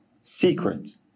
secret